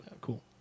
Cool